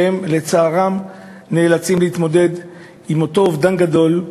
שלצערן נאלצות להתמודד עם אותו אובדן גדול,